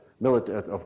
military